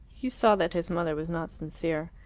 he saw that his mother was not sincere.